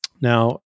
Now